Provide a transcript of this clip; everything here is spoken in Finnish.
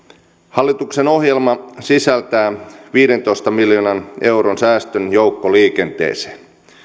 hallituksen ohjelma sisältää viidentoista miljoonan euron säästön joukkoliikenteeseen